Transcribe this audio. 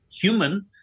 human